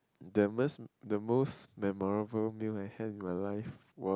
the most the most memorable meal I had in my life was